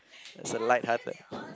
that's a light hearted